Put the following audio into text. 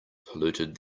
polluted